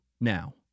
now